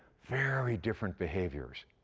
very different behaviors.